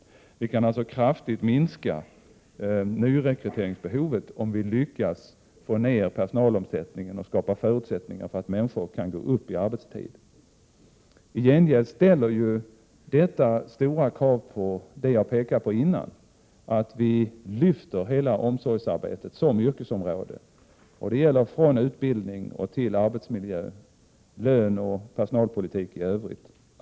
Vi kan alltså kraftigt minska nyrekryteringsbehovet, om vi lyckas få ned personalomsättningen och skapa förutsättningar för att människor kan öka sin arbetstid. I gengäld ställer detta stora krav på det jag tidigare har berört, nämligen att vi lyfter upp omsorgsarbetet såsom yrkesområde betraktat — från utbildning till arbetsmiljö, lön och personalpolitik i övrigt.